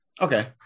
Okay